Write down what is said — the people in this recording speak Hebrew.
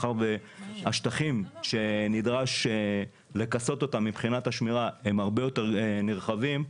מאחר שהשטחים שנדרש לכסות אותם מבחינת השמירה הם הרבה יותר נרחבים,